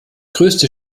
größte